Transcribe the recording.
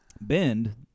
Bend